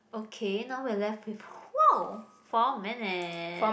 okay now we're left with !wow four! minute